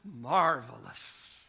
marvelous